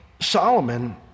Solomon